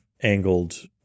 angled